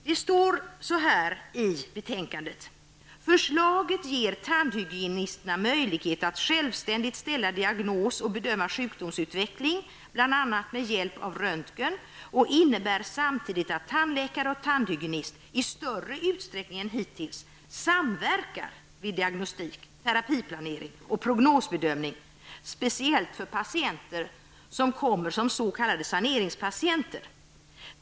Det står så här i betänkandet: ''Förslaget ger tandhygienisterna möjlighet att självständigt ställa diagnos och bedöma sjukdomsutveckling, bl.a. med hjälp av röntgen, och innebär samtidigt att tandläkare och tandhygienist i större utsträckning än hittills samverkar vid diagnostik, terapiplanering och prognosbedömning speciellt för patienter som kommer som s.k. saneringspatienter.